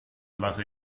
lasse